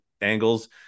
angles